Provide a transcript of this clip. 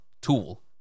tool